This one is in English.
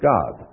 God